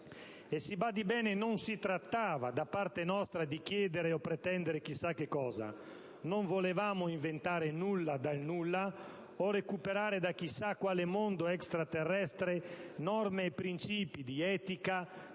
E si badi bene, non si trattava da parte nostra di chiedere o pretendere chissà cosa; non volevamo inventare nulla dal nulla o recuperare da chissà quale mondo extraterrestre norme e principi di etica,